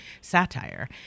satire